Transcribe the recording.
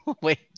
Wait